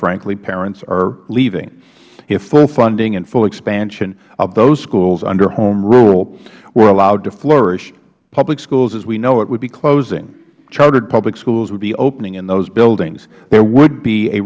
frankly parents are leaving if full funding and full expansion of those schools under home rule were allowed to flourish public schools as we know it would be closing chartered public schools would be opening in those buildings there would be a